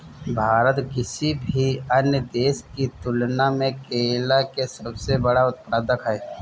भारत किसी भी अन्य देश की तुलना में केला के सबसे बड़ा उत्पादक ह